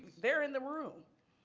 they're in the room.